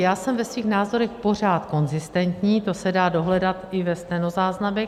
Já jsem ve svých názorech pořád konzistentní, to se dá dohledat i ve stenozáznamech.